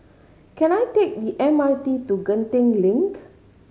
can I take the M R T to Genting Link